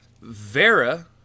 Vera